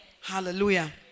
Hallelujah